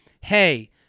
Hey